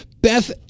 Beth